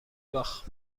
باخت